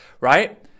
right